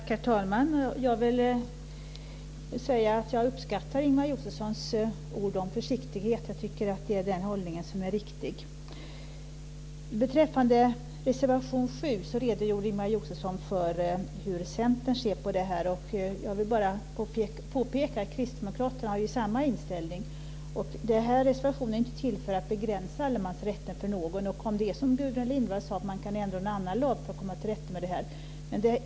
Herr talman! Jag uppskattar Ingemar Josefssons ord om försiktighet. Jag tycker att den hållningen är riktig. Beträffande reservation 7 redogjorde Ingemar Josefsson för hur Centern ser på frågan. Jag vill bara påpeka att Kristdemokraterna har samma inställning. Reservationen är inte till för att begränsa allemansrätten för någon. Det kan vara som Gudrun Lindvall säger att man kan ändra en annan lag för att komma till rätta med problemet.